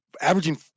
averaging